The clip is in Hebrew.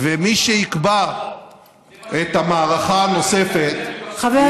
ומי שיקבע את המערכה הנוספת יהיה,